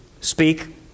speak